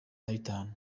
nabitanu